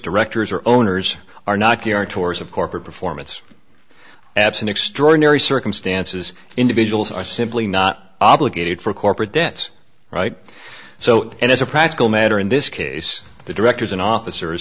directors or owners are not guarantors of corporate performance absent extraordinary circumstances individuals are simply not obligated for corporate debts right so as a practical matter in this case the directors and officers